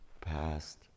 past